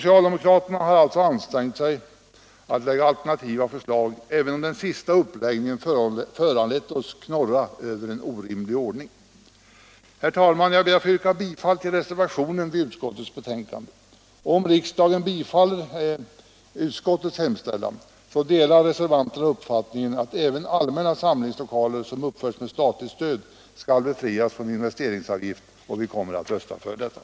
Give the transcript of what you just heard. Socialdemokraterna har alltså ansträngt sig att lägga fram alternativa förslag, även om den sista uppläggningen föranlett oss att knorra över en orimlig ordning. Herr talman! Jag ber att få yrka bifall till reservationen vid utskottets betänkande. Om riksdagen bifaller utskottets hemställan delar reservan terna uppfattningen att även allmänna samlingslokaler som uppförs med statligt stöd skall befrias från investeringsavgift. Vi kommer att rösta för detta.